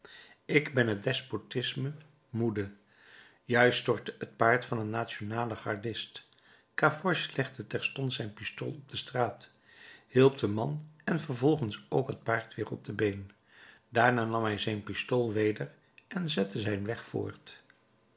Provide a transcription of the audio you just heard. ik ben het despotisme moede juist stortte het paard van een nationalen gardist gavroche legde terstond zijn pistool op de straat hielp den man en vervolgens ook het paard weer op de been daarna nam hij zijn pistool weder en zette zijn weg voort